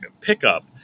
pickup